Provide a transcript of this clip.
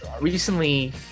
recently